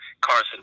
Carson